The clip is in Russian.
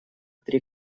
три